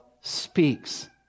speaks